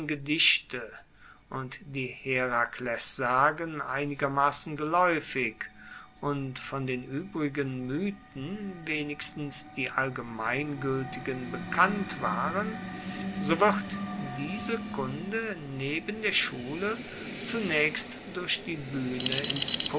gedichte und die heraklessagen einigermassen gelaeufig und von den uebrigen mythen wenigstens die allgemeingueltigen bekannt waren so wird diese kunde neben der schule zunaechst durch die buehne